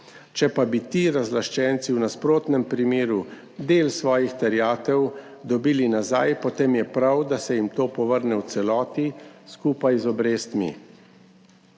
Če pa bi ti razlaščenci v nasprotnem primeru del svojih terjatev dobili nazaj, potem je prav, da se jim to povrne v celoti, skupaj z obrestmi.